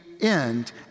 end